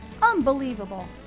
Unbelievable